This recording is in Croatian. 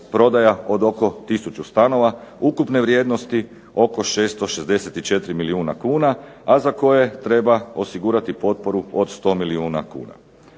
prodaja od oko tisuću stanova ukupne vrijednosti oko 664 milijuna kuna, a za koje treba osigurati potporu od 100 milijuna kuna.